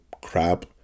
crap